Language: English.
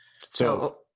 So-